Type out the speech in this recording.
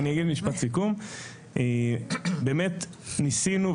באמת ניסינו,